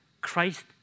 Christ